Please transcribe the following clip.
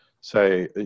say